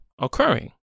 occurring